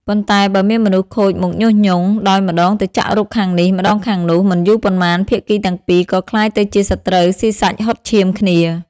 ប៉ុន្តែ បើមានមនុស្សខូចមកញុះញង់ ដោយម្ដងទៅចាក់រុកខាងនេះ ម្ដងខាងនោះ មិនយូរប៉ុន្មាន ភាគីទាំងពីរក៏ក្លាយទៅជាសត្រូវស៊ីសាច់ហុតឈាមគ្នា។